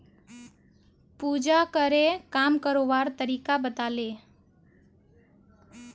पूजाकरे काम करवार तरीका बताले